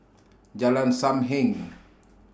Jalan SAM Heng